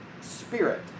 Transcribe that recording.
spirit